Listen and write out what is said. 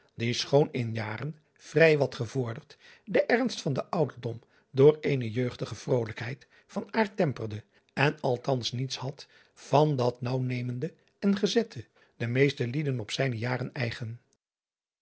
die schoon in de jaren vrij wat gevorderd den ernst van den ouderdom door eene jeugdige vrolijkheid van driaan oosjes zn et leven van illegonda uisman aard temperde en althans niets had van dat naauwnemende en gezette den meeste lieden op zijne jaren eigen